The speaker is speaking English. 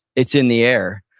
it's in the air.